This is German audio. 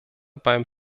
beim